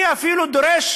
אני אפילו דורש